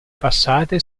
passate